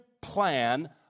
plan